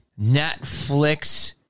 Netflix